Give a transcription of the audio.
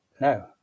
No